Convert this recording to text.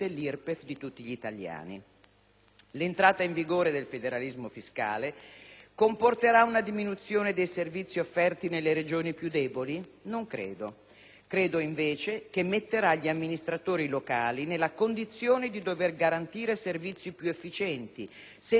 L'entrata in vigore del federalismo fiscale comporterà una diminuzione dei servizi offerti nelle Regioni più deboli? Non credo. Credo invece che metterà gli amministratori locali nella condizione di dovere garantire servizi più efficienti senza contrarre debiti infiniti